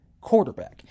quarterback